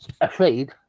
afraid